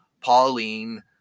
Pauline